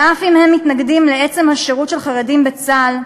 ואף אם הם מתנגדים לעצם השירות של חרדים בצה"ל,